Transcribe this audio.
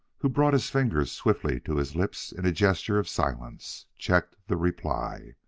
who brought his fingers swiftly to his lips in a gesture of silence, checked the reply.